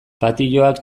patioak